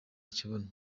ikibuno